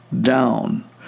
down